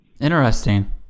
Interesting